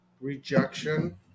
rejection